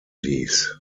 dies